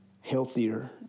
healthier